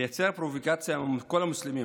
ולייצר פרובוקציה מול כל המוסלמים,